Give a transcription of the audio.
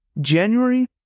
January